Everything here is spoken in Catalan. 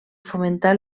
fomentar